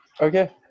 Okay